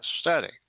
Study